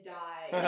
die